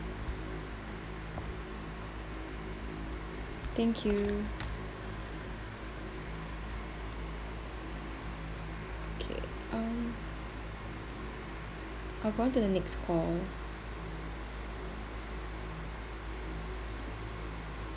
thank you okay um I'll go on to the next call